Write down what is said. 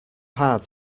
hard